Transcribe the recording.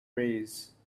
raise